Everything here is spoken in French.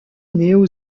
néo